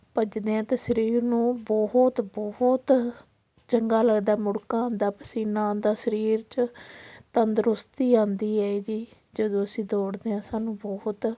ਭੱਜਦੇ ਹਾਂ ਅਤੇ ਸਰੀਰ ਨੂੰ ਬਹੁਤ ਬਹੁਤ ਚੰਗਾ ਲੱਗਦਾ ਮੁੜਕਾ ਆਉਂਦਾ ਪਸੀਨਾ ਆਉਂਦਾ ਸਰੀਰ 'ਚ ਤੰਦਰੁਸਤੀ ਆਉਂਦੀ ਹੈ ਜੀ ਜਦੋਂ ਅਸੀਂ ਦੌੜਦੇ ਹਾਂ ਸਾਨੂੰ ਬਹੁਤ